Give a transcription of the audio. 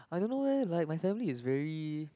I don't know leh like my family is very